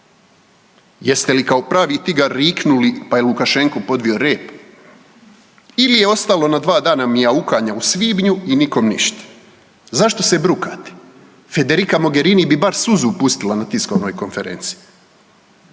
Jeste li kao pravi tigar riknuli pa je Lukašenko podvio rep? Ili je ostalo na dva dana mijaukanja u svibnju i nikom ništa. Zašto se brukate? Federica Mogherini bi bar suzu pustila na tiskovnoj konferenciji.